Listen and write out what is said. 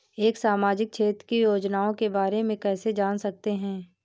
हम सामाजिक क्षेत्र की योजनाओं के बारे में कैसे जान सकते हैं?